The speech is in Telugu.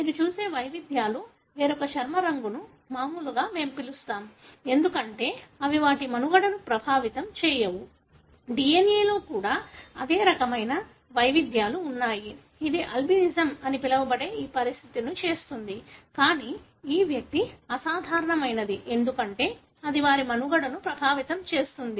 మీరు చూసే వైవిధ్యాలు వేరొక చర్మ రంగును మామూలుగా మనము పిలుస్తాం ఎందుకంటే అవి వాటి మనుగడను ప్రభావితం చేయవు DNA లో కూడా అదే రకమైన వైవిధ్యాలు ఉన్నాయి ఇది అల్బినిజం అని పిలవబడే ఈ పరిస్థితిని చేస్తుంది కానీ ఈ వ్యక్తి అసాధారణమైనది ఎందుకంటే అది వారి మనుగడను ప్రభావితం చేస్తుంది